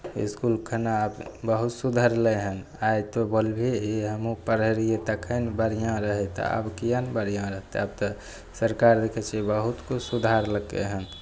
इसकुल खाना बहुत सुधरलै हँ आइ तू बोलबही हमहूँ पढ़ै रहिए तखन बढ़िआँ रहै तऽ आब किएक नहि बढ़िआँ रहतै आब तऽ सरकार देखै छिए बहुत कुछ सुधारलकै हँ